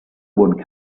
one